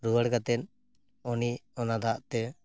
ᱨᱩᱣᱟᱹᱲ ᱠᱟᱛᱮᱫ ᱩᱱᱤ ᱚᱱᱟ ᱫᱟᱜ ᱛᱮ